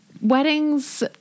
weddings